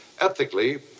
Ethically